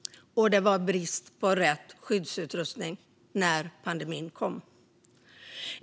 Och det var brist på rätt skyddsutrustning när pandemin kom.